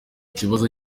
kibazo